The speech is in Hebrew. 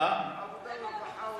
בדוח הזה,